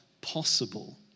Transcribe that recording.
possible